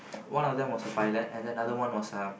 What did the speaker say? one of them was a pilot and another was a